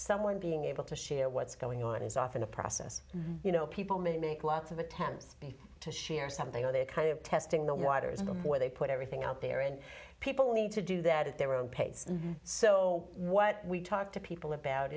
someone being able to share what's going on is often a process you know people may make lots of attempts to share something or they kind of testing the waters where they put everything out there and people need to do that at their own pace and so what we talk to people about